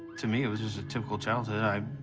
to me it was just a typical childhood. i,